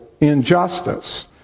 injustice